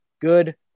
good